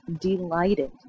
delighted